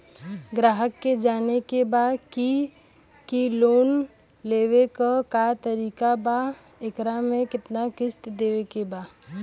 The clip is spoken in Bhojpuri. ग्राहक के जाने के बा की की लोन लेवे क का तरीका बा एकरा में कितना किस्त देवे के बा?